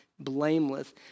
Blameless